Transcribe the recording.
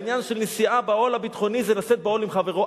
העניין של נשיאה בעול הביטחוני זה לשאת בעול עם חברו.